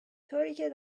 طوریکه